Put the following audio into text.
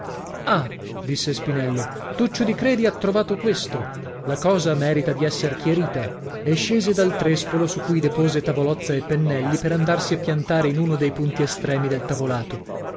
ah disse spinello tuccio di credi ha trovato questo la cosa merita di esser chiarita e scese dal trèspolo su cui depose tavolozza e pennelli per andarsi a piantare in uno dei punti estremi del tavolato